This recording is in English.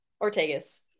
Ortega's